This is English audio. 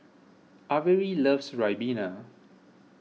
Averi loves Ribena